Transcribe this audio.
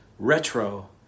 Retro